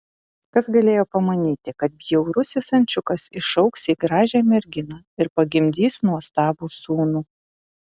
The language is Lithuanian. kas galėjo pamanyti kad bjaurusis ančiukas išaugs į gražią merginą ir pagimdys nuostabų sūnų